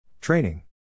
Training